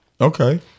Okay